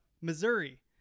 missouri